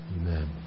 Amen